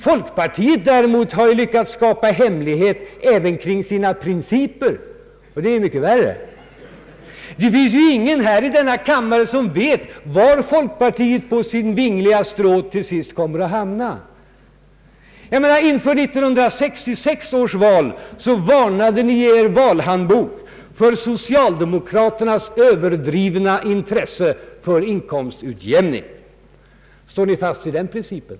Folkpartiet däremot har ju lyckats skapa hemlighet även kring sina principer, och det är mycket värre, Det finns ingen i denna kammare som vet var folkpartiet på sin vingliga stråt till sist kommer att hamna. Inför 1966 års val varnade ni i er valhandbok för socialdemokraternas överdrivna intresse för inkomstutjämning. Står ni fast vid den principen?